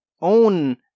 own